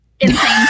insane